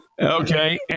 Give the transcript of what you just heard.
Okay